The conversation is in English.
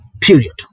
period